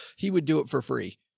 he would do it for free.